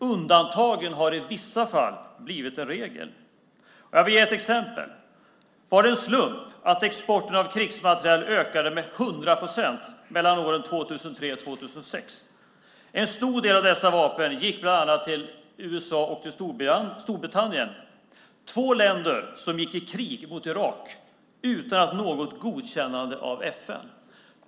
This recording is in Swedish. Undantagen har i vissa fall blivit en regel. Jag vill ge ett exempel. Var det en slump att exporten av krigsmateriel ökade med 100 procent mellan åren 2003 och 2006? En stor del av dessa vapen gick bland annat till USA och Storbritannien - två länder som gick i krig mot Irak utan något godkännande av FN.